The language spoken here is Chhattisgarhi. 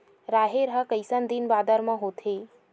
राहेर ह कइसन दिन बादर म होथे?